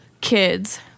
kids